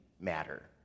matter